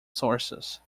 sources